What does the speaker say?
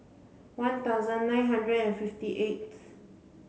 one thousand nine hundred and fifty eighth